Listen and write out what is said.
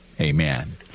amen